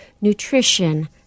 nutrition